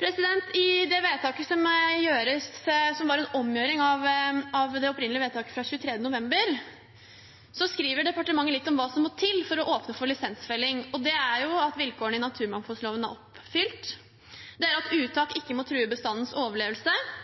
I det vedtaket som var en omgjøring av det opprinnelige vedtaket fra 23. november, skriver departementet litt om hva som må til for å åpne for lisensfelling. Det er at vilkårene i naturmangfoldloven er oppfylt, at uttak ikke må true bestandens overlevelse,